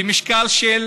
במשקל של